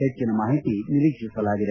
ಹೆಚ್ಲನ ಮಾಹಿತಿ ನಿರೀಕ್ಸಿಸಲಾಗಿದೆ